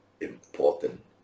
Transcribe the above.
important